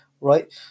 right